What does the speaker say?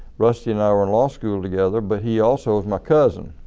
rusty and i were in law school together but he also was my cousin.